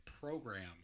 program